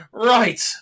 right